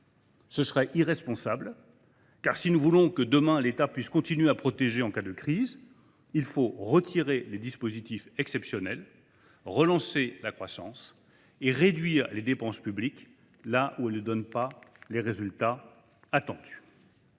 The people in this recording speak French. ce serait irresponsable ! Si nous voulons que, demain, l’État puisse continuer à protéger en cas de crise, il faut mettre un terme aux dispositifs exceptionnels, relancer la croissance et réduire les dépenses publiques qui ne donnent pas les résultats attendus.